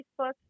Facebook